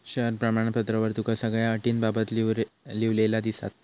share प्रमाणपत्रावर तुका सगळ्यो अटींबाबत लिव्हलेला दिसात